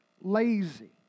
lazy